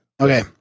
Okay